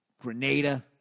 Grenada